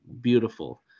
beautiful